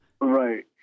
Right